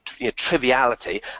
triviality